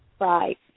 Right